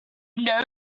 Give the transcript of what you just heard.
know